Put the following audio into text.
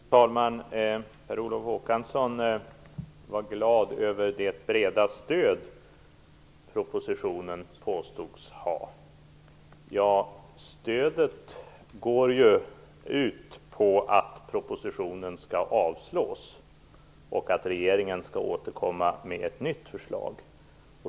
Fru talman! Per Olof Håkansson var glad över det breda stöd propositionen påstods ha. Stödet går ju ut på att propositionen skall avslås och att regeringen skall återkomma med ett nytt förslag.